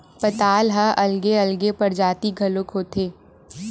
पताल ह अलगे अलगे परजाति घलोक होथे